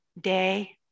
day